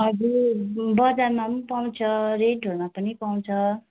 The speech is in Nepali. हजुर बजारमा पनि पाउँछ रेटहरूमा पनि पाउँछ